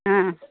ಹಾಂ